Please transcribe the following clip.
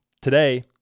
Today